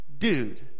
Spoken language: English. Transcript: dude